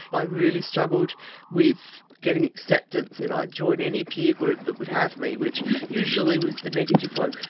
i really struggled with getting acceptance, and i'd join any peer group that would have me, which usually was the negative one.